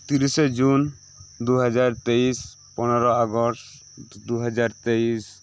ᱛᱤᱨᱤᱥᱮ ᱡᱩᱱ ᱫᱩ ᱦᱟᱡᱟᱨ ᱛᱮᱭᱤᱥ ᱯᱚᱱᱮᱨᱚ ᱟᱜᱚᱥᱴ ᱫᱩ ᱦᱟᱡᱟᱨ ᱛᱮᱭᱤᱥ